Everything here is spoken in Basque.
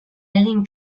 egin